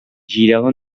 girava